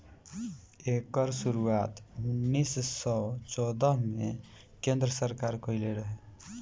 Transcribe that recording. एकर शुरुआत उन्नीस सौ चौदह मे केन्द्र सरकार कइले रहे